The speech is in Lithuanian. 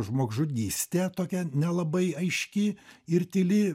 žmogžudystė tokia nelabai aiški ir tyli